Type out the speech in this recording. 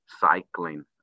cycling